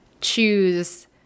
choose